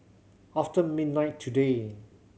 after midnight today